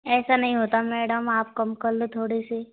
ऐसा नहीं होता मैडम आप कम कर लो थोड़े से